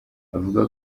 avuga